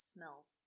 Smells